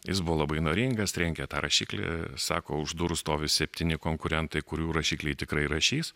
jis buvo labai įnoringas trenkė tą rašiklį sako už durų stovi septyni konkurentai kurių rašikliai tikrai rašys